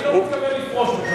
אני לא מתכוון לפרוש בקרוב,